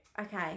Okay